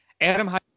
Adam